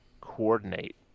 coordinate